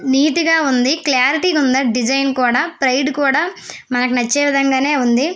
నీట్గా ఉంది క్లారిటీగా ఉంది డిజైన్ కూడా ప్రైస్ కూడా మనకి నచ్చే విధంగానే ఉంది